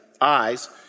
eyes